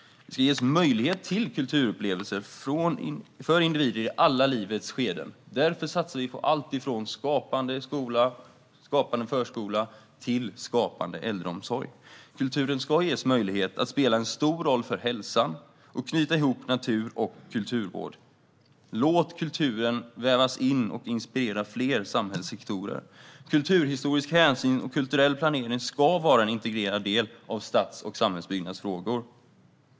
Individer i alla livets skeden ska ges möjlighet till kulturupplevelser. Därför satsar vi på allt från Skapande skola och Skapande förskola till Skapande äldreomsorg. Kulturen ska ges möjlighet att spela en stor roll för hälsan och knyta ihop natur och kulturvård. Låt kulturen vävas in och inspirera fler samhällssektorer! Kulturhistorisk hänsyn och kulturell planering ska vara en integrerad del av stads och samhällsbyggnadsfrågor.